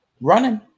running